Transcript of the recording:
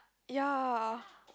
ya